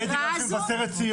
הייתי גם במבשרת ציון.